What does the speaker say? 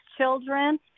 children